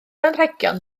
anrhegion